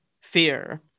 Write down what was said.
fear